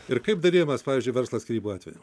ir kaip dalijamas pavyzdžiui verslas skyrybų atveju